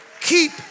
keep